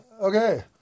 Okay